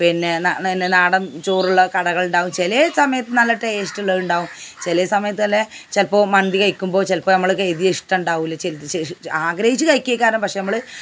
പിന്നെ നാണ് നാടൻ ചോറുള്ള കടകളുണ്ടാ ചില സമയത്ത് നല്ല ടേസ്റ്റുള്ളതുണ്ടാകും ചില സമയത്തു നല്ല ചിലപ്പം മന്തി കഴിക്കുമ്പോൾ ചിലപ്പോൾ നമ്മൾക്ക് ഇത് ഇഷ്ടമുണ്ടാകില്ല ചിലത് ചെ ആഗ്രഹിച്ചു കഴിക്കൊക്കെയാണ് പക്ഷേ നമ്മൾ